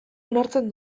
onartzen